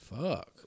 Fuck